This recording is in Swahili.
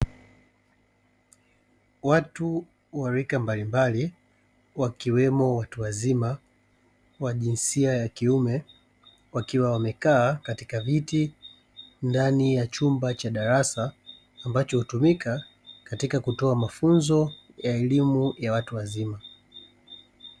Watu wa rika mbalimbali wakiwemo watu wazima wa jinsia ya kiume wakiwa wamekaa katika viti ndani ya chumba cha darasa ambacho hutumika katika kutoa mafunzo ya elimu ya watu wazima.